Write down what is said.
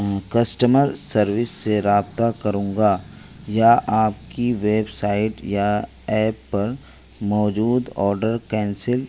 customer service سے رابطہ کروں گا یا آپ کی ویب سائٹ یا ایپ پر موجود آڈر کینسل